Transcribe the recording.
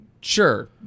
sure